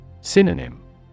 Synonym